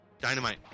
Dynamite